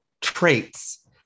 traits